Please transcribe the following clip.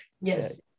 Yes